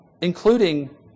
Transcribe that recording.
including